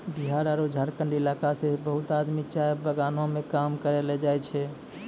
बिहार आरो झारखंड इलाका सॅ बहुत आदमी चाय बगानों मॅ काम करै ल जाय छै